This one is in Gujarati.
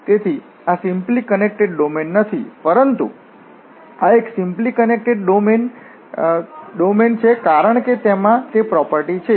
તેથી આ સિમ્પલી કનેકટેડ ડોમેન નથી પરંતુ આ એક સિમ્પલી કનેકટેડ ડોમેન કારણ કે તેમાં તે પ્રોપર્ટી છે